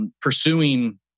pursuing